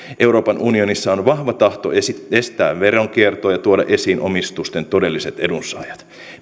euroopan unionissa on vahva tahto estää veronkiertoa ja tuoda esiin omistusten todelliset edunsaajat